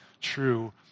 true